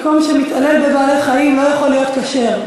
מקום שמתעלל בבעלי-חיים לא יכול להיות כשר,